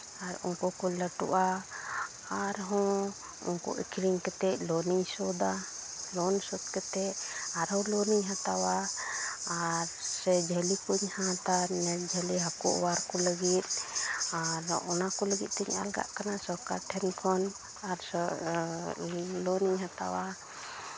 ᱟᱨ ᱩᱱᱠᱩ ᱠᱚ ᱞᱟᱹᱴᱩᱜᱼᱟ ᱟᱨᱦᱚᱸ ᱩᱱᱠᱩ ᱟᱹᱠᱷᱨᱤᱧ ᱠᱟᱛᱮᱫ ᱞᱳᱱᱤᱧ ᱥᱳᱫᱷᱟ ᱞᱳᱱ ᱥᱳᱫᱷ ᱠᱟᱛᱮᱫ ᱟᱨᱦᱚᱸ ᱞᱳᱱ ᱤᱧ ᱦᱟᱛᱟᱣᱟ ᱥᱮ ᱡᱷᱟᱹᱞᱤ ᱠᱚᱧ ᱦᱟᱛᱟᱣᱟ ᱢᱮᱱ ᱡᱷᱟᱹᱞᱤ ᱦᱟᱹᱠᱩ ᱚᱣᱟᱨ ᱠᱚ ᱞᱟᱹᱜᱤᱫ ᱟᱨ ᱚᱱᱟᱠᱚ ᱞᱟᱹᱜᱤᱫ ᱛᱤᱧ ᱟᱞᱜᱟᱜ ᱠᱟᱱᱟ ᱥᱚᱨᱠᱟᱨ ᱴᱷᱮᱱ ᱠᱷᱚᱱ ᱟᱨᱚ ᱞᱳᱱ ᱤᱧ ᱦᱟᱛᱟᱣᱟ